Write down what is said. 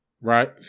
Right